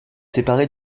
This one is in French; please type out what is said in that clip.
séparé